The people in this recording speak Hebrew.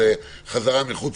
חזרה מחו"ל